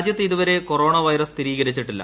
രാജ്യത്ത് ഇതുവരെ coronavirus സ്ഥിരീകരിച്ചിട്ടില്ല